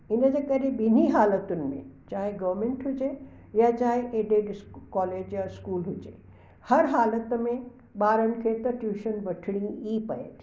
हिनजे करे ॿिन्ही हालतुनि में चाहे गवर्मेंट हुजे या चाहे एडिट स्क कोलेज या स्कूल हुजे हर हालति में ॿारनि खे त ट्यूशन वठिणी ई पिए थी पेई